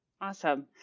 Awesome